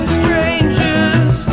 strangers